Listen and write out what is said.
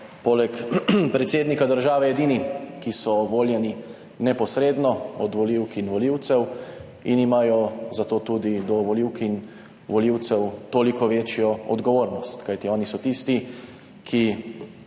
poleg predsednika države edini, ki so voljeni neposredno od volivk in volivcev in imajo zato tudi do volivk in volivcev toliko večjo odgovornost, kajti oni so tisti, ki